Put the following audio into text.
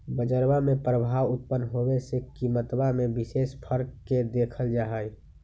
बजरवा में प्रभाव उत्पन्न होवे से कीमतवा में विशेष फर्क के देखल जाहई